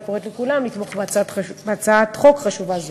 אני קוראת לכולם לתמוך בהצעת חוק חשובה זו.